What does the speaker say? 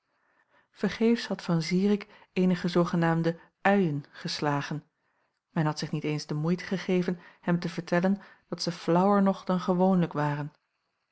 vergeefs had van zirik eenige zoogenaamde uien geslagen men had zich niet eens de moeite gegeven hem te vertellen dat ze flaauwer nog dan gewoonlijk waren